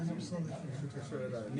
סעיפים